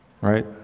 right